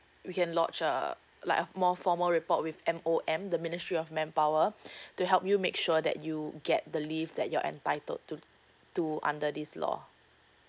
we can lodge a like a more formal report with M_O_M the ministry of manpower to help you make sure that you get the leave that you're entitled to to under this law